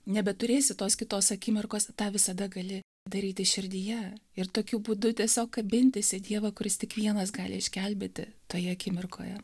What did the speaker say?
nebeturėsi tos kitos akimirkos tą visada gali daryti širdyje ir tokiu būdu tiesiog kabintis į dievą kuris tik vienas gali išgelbėti toje akimirkoje